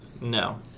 No